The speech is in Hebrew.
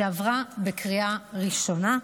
שעברה בקריאה ראשונה.